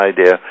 idea